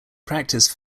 practised